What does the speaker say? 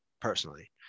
personally